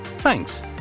Thanks